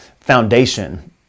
foundation